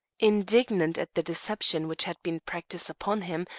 indignant at the deception which had been practised upon him,